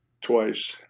twice